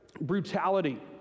brutality